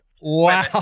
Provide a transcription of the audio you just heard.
Wow